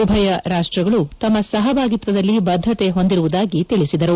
ಉಭಯ ರಾಷ್ಟಗಳು ತಮ್ಮ ಸಹಭಾಗಿತ್ವದಲ್ಲಿ ಬದ್ದತೆ ಹೊಂದಿರುವುದಾಗಿ ತಿಳಿಸಿದರು